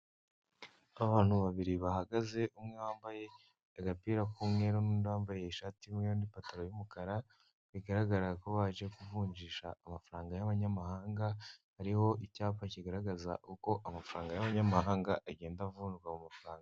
Abantu babiri bahagaze umwe wambaye agapira k'umweru n'undi wambaye ishati n'ipantaro y'umukara, bigaragara ko baje kuvunjisha amafaranga y'abanyamahanga, hariho icyapa kigaragaza uko amafaranga y'abanyamahanga agenda avunjwa mu mafaranga.